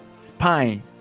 spine